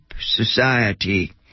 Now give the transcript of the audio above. society